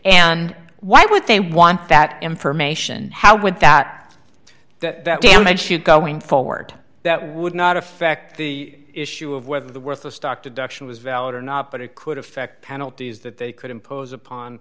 and why would they want that information how with that that i should going forward that would not affect the issue of whether the worthless stock to duction was valid or not but it could affect penalties that they could impose upon